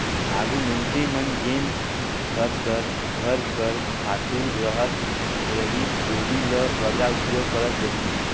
आघु मइनसे मन जेन घर कर घर कर खातू रहत रहिस ओही ल बगरा उपयोग करत रहिन